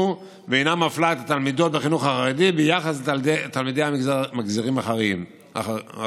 ואינה מפלה את התלמידות בחינוך הרגיל ביחס לתלמידי המגזרים האחרים.